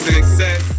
success